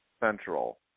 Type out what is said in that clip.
central